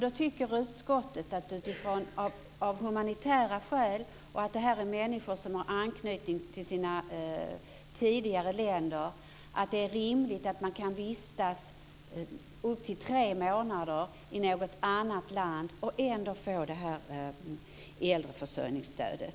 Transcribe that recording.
Då tycker utskottet att av humanitära skäl och för att det är fråga om människor med anknytning till tidigare hemländer att det är rimligt att de kan vistas upp till tre månader i något annat land och ändå få äldreförsörjningsstödet.